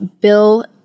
bill